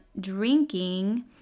drinking